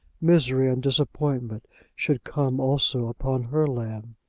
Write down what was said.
misery and disappointment should come also upon her lamb!